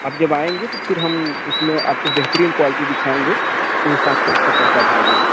आप जब आएँगे तो फिर हम उसमें आपको बेहतरीन क्वालिटी दिखाएँगे तो हिसाब से उसका पैसा भी लगेगा